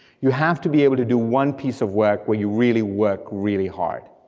you have to be able to do one piece of work where you really work really hard.